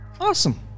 awesome